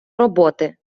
роботи